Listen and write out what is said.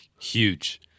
Huge